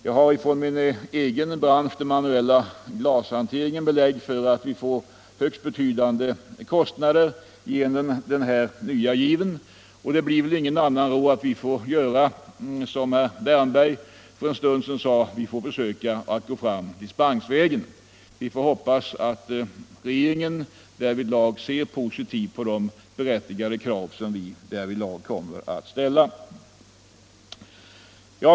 Jag har från min egen bransch — den manuella glashanteringen — belägg för att vi får högst betydande kostnader genom den här nya given. Det blir väl ingen annan råd än att vi får göra som herr Wärnberg för en stund sedan sade: Vi får försöka gå dispensvägen. Vi hoppas att regeringen ser positivt på de berättigade krav som vi därvidlag kommer att ställa.